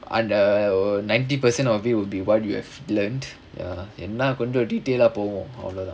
and err ninety percent of it will be what you have learnt என்ன கொஞ்ச:enna konja detail ah போகும்:pogum